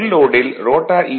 full லோடில் rotor ஈ